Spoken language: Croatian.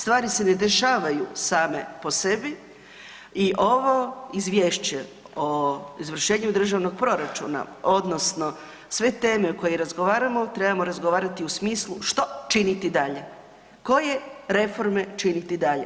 Stvari se ne dešavaju same po sebi i ovo izvješće o izvršenju državnog proračuna odnosno sve teme koje razgovaramo, trebamo razgovarati u smislu što činiti dalje, koje reforme činiti dalje.